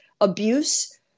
abuse